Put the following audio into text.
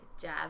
jazz